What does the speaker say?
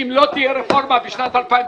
אם לא תהיה רפורמה בשנת 2019,